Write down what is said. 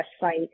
site